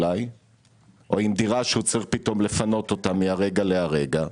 אולי עם דירה שהוא צריך לפנות מהרגע להרגע,